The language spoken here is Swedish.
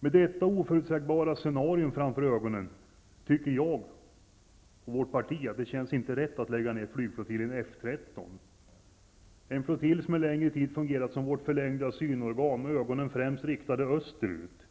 Med detta oförutsägbara scenarium framför ögonen känns det ej rätt för mig och vårt parti att lägga ned flygflottiljen F 13, en flottilj som en längre tid fungerat som vårt förlängda synorgan med ögonen främst riktade österut.